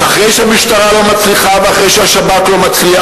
שאחרי שהמשטרה לא מצליחה ואחרי שהשב"כ לא מצליח,